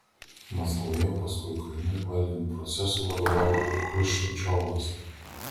maskvoje o paskui ukrainoje valymo procesui vadovavo chruščiovas